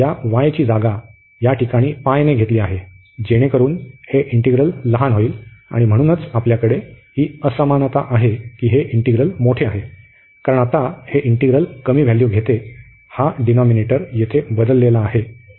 तर या y ची जागा या ठिकाणी π ने घेतली आहे जेणेकरून हे इंटिग्रल लहान होईल आणि म्हणूनच आपल्याकडे ही असमानता आहे की हे इंटिग्रल मोठे आहे कारण आता हे इंटिग्रल कमी व्हॅल्यू घेते कारण हा डिनॉमिनेटर येथे बदललेला आहे